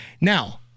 Now